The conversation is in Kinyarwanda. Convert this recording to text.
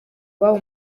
iwabo